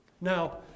Now